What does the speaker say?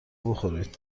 بخورید